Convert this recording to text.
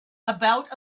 about